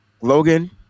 Logan